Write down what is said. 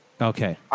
Okay